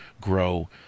grow